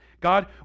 God